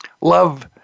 Love